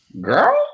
girl